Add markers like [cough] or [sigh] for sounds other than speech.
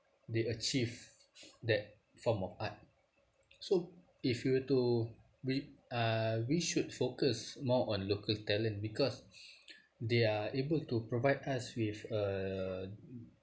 they achieve that form of art so if you were to we uh we should focus more on local talent because [breath] they are able to provide us with uh